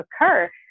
occur